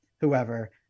whoever